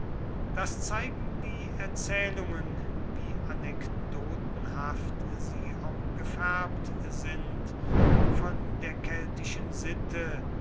das zeigen die erzählungen wie anekdotenhaft sie auch gefärbt sind von der keltischen sitte